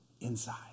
inside